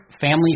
family